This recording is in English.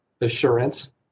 assurance